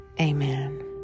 Amen